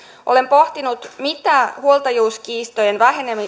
olen pohtinut mitä huoltajuuskiistojen